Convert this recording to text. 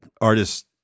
artists